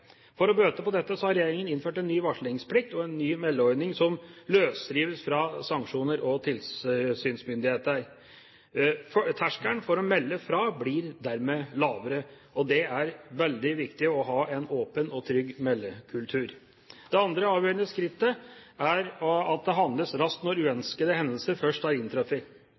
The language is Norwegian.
For å bøte på dette har regjeringa innført en ny varslingsplikt og ny meldeordning som løsrives fra sanksjoner og tilsynsmyndigheter. Terskelen for å melde fra blir dermed lavere, og det er veldig viktig å ha en åpen og trygg meldekultur. Det andre avgjørende skrittet er at det handles raskt når uønskede hendelser først